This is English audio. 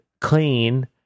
clean